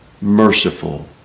merciful